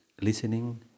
listening